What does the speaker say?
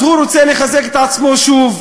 אז הוא רוצה לחזק את עצמו שוב,